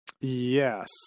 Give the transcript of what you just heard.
Yes